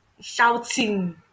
shouting